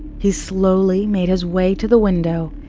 he slowly made his way to the window,